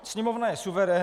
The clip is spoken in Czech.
Sněmovna je suverén.